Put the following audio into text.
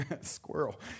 Squirrel